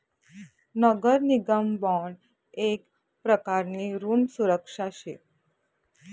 नगर निगम बॉन्ड येक प्रकारनी ऋण सुरक्षा शे